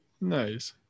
Nice